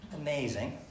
amazing